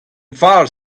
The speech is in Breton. fall